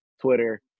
Twitter